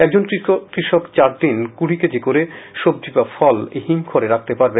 একজন কৃষক চারদিন কুড়ি কেজি করে সবজি বা ফল এই হিমঘরে রাখতে পারবে